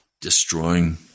destroying